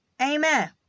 Amen